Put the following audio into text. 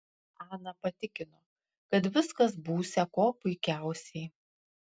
ana patikino kad viskas būsią kuo puikiausiai